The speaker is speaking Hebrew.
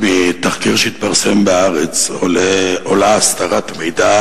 מתחקיר שהתפרסם ב"הארץ" עולות הסתרת מידע